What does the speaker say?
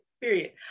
period